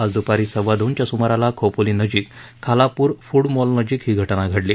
आज द्पारी सववादोनच्या सुमाराला खोपोली नजिक खालापूर फूडमॉलनजिक ही घटना घडली